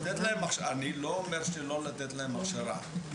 אני לא אומר שלא לתת להם הכשרה.